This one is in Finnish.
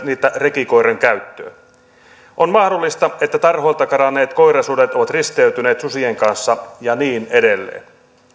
niitä rekikoirakäyttöön on mahdollista että tarhoilta karanneet koirasudet ovat risteytyneet susien kanssa ja niin edelleen